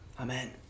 Amen